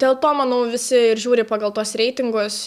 dėl to manau visi ir žiūri pagal tuos reitingus